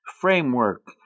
framework